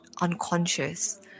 unconscious